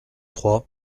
trois